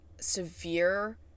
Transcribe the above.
severe